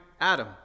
Adam